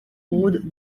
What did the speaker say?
rôde